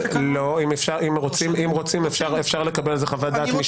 אם רוצים, אפשר לקבל על זה חוות דעת משפטית.